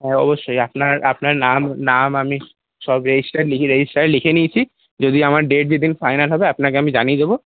হ্যাঁ অবশ্যই আপনার আপনার নাম নাম আমি সব রেজিস্টার রেজিস্টারে লিখে নিয়েছি যদি আমার ডেট যেদিন ফাইনাল হবে আপনাকে আমি জানিয়ে দেব